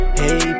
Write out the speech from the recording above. hey